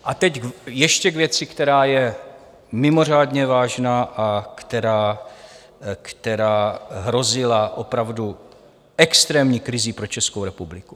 A teď ještě k věci, která je mimořádně vážná a která hrozila opravdu extrémní krizí pro Českou republiku.